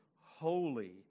holy